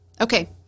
Okay